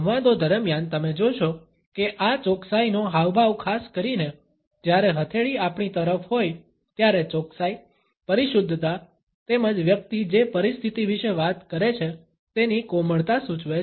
સંવાદો દરમિયાન તમે જોશો કે આ ચોકસાઈનો હાવભાવ ખાસ કરીને જ્યારે હથેળી આપણી તરફ હોય ત્યારે ચોકસાઈ પરિશુદ્ધતા તેમજ વ્યક્તિ જે પરિસ્થિતિ વિશે વાત કરે છે તેની કોમળતા સૂચવે છે